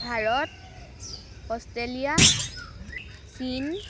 Bharat Australia চীন